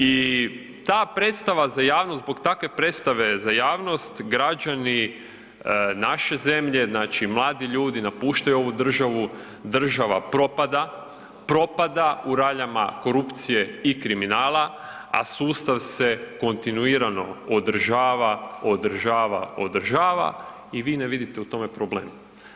I ta predstava za javnost, zbog takve predstave za javnost građani naše zemlje, mladi ljudi napuštaju našu državu, država propada, propada u raljama korupcije i kriminala, a sustav se kontinuirano održava, održava, održava i vi ne vidite u tome problem.